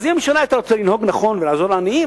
אז אם הממשלה היתה רוצה לנהוג נכון ולעזור לעניים,